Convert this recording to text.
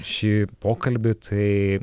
šį pokalbį tai